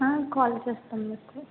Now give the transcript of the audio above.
call చేస్తాను మీకు